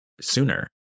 sooner